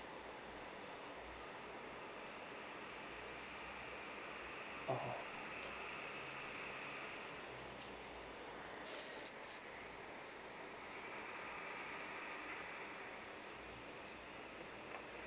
orh